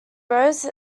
rows